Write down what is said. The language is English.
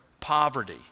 poverty